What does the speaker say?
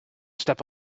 step